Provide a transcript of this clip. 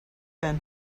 been